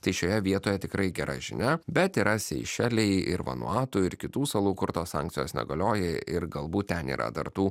tai šioje vietoje tikrai gera žinia bet yra seišeliai ir vanuatu ir kitų salų kur tos sankcijos negalioja ir galbūt ten yra dar tų